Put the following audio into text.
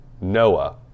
Noah